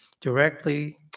directly